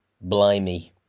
blimey